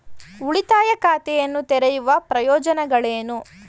ಉಳಿತಾಯ ಖಾತೆಯನ್ನು ತೆರೆಯುವ ಪ್ರಯೋಜನಗಳೇನು?